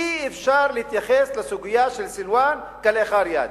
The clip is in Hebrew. אי-אפשר להתייחס לסוגיה של סילואן כלאחר יד.